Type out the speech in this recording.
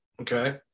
Okay